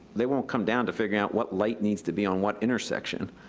they won't come down to figuring out what light needs to be on what intersection.